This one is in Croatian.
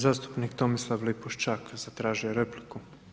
Zastupnik Tomislav Lipošćak zatražio je repliku.